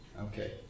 okay